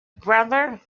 brother